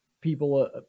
people